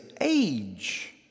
age